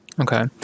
Okay